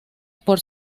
por